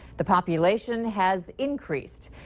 the population has increased.